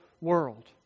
world